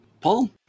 Paul